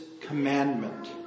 commandment